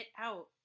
out